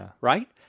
right